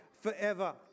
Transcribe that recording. forever